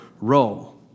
role